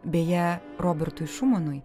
beje robertui šumanui